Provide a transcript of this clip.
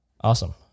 Awesome